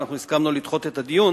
אנחנו הסכמנו לדחות את הדיון,